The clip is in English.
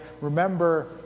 remember